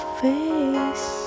face